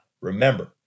remember